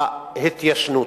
להתיישנות,